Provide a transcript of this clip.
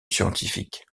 scientifique